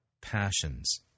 passions